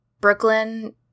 Brooklyn